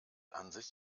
ansicht